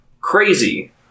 crazy